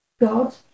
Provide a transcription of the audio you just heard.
God